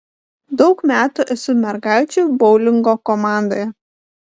daug metų esu mergaičių boulingo komandoje